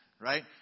Right